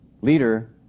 leader